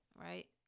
right